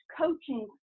coaching